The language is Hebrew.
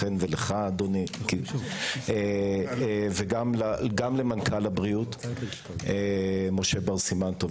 לכן ולך אדוני וגם למנכ"ל משרד הבריאות משה בר סימן טוב.